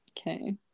Okay